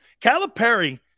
Calipari